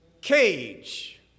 Cage